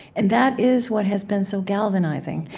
and that is what has been so galvanizing.